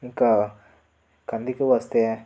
ఇంకా కందికి వస్తే